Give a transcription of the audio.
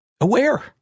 aware